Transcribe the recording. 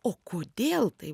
o kodėl tai